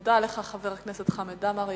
מודה לך, חבר הכנסת חמד עמאר.